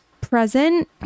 present